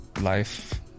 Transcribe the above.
Life